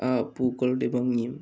ആ പൂക്കളുടെ ഭംഗിയും